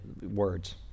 words